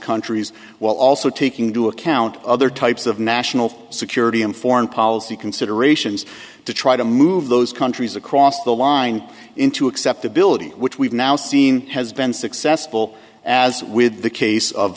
countries while also taking into account other types of national security and foreign policy considerations to try to move those countries across the line into acceptability which we've now seen has been successful as with the case of